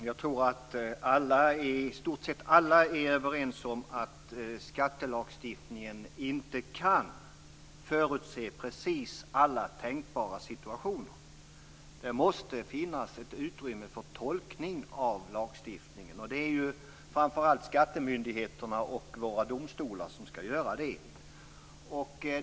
Herr talman! Jag tror att i stort sett alla är överens om att skattelagstiftningen inte kan förutse precis alla tänkbara situationer. Det måste finnas ett utrymme för tolkning av lagstiftningen. Det är ju framför allt skattemyndigheterna och våra domstolar som skall göra det.